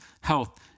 Health